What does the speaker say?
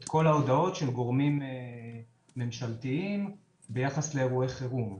את כל ההודעות של גורמים ממשלתיים ביחס לאירועי חירום.